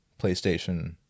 PlayStation